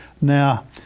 Now